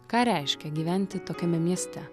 ką reiškia gyventi tokiame mieste